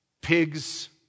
Pigs